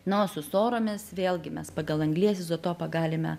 na o su soromis vėlgi mes pagal anglies izotopą galime